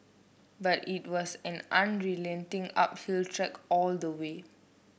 but it was an unrelenting uphill trek all the way